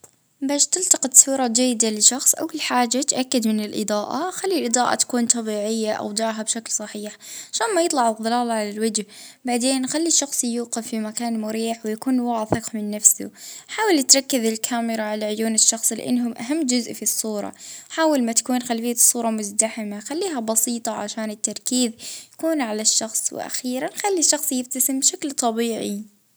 ا الإضاءة ديما خير الإضاءة الطبيعية علشان أنها تعطي وضوح وتوازن، زاوية التصوير، نجرب اه زوايا مختلفة باش نلجى أفضل واحدة تناسب ملامح الشخص، الخلفية لازم تكون بسيط مفيهاش هلبا تفاصيل باش تبرز الشخصية، التركيز ضروري ما تركز الكاميرا على الوجه، والراحة ضروري يكون الشخص مرتاح مع ضحكة خفيفة تغير الصورة بالكامل.